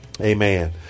Amen